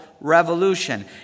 revolution